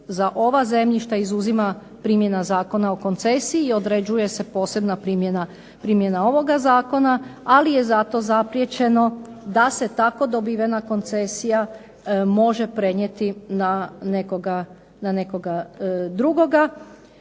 za ova zemljišta izuzima primjena Zakona o koncesiji i određuje se posebna primjena ovoga zakona. Ali je zato zapriječeno da se tako dobivena koncesija može prenijeti na nekoga drugoga